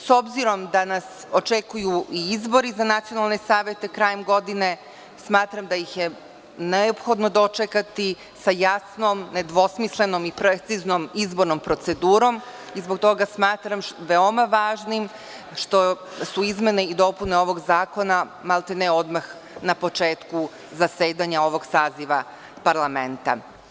S obzirom da nas očekuju izbori za nacionalne savete krajem godine, smatram da ih je neophodno dočekati sa jasnom, nedvosmislenom i preciznom izbornom procedurom i zbog toga smatram veoma važnim što su izmene i dopune ovog zakona maltene odmah na početku zasedanja ovog saziva parlamenta.